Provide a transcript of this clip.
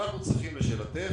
אנחנו צריכים, לשאלתך,